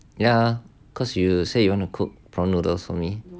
ya cause you say you want to cook prawn noodles for me